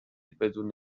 بدون